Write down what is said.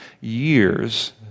years